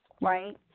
right